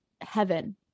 heaven